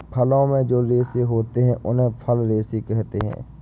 फलों में जो रेशे होते हैं उन्हें फल रेशे कहते है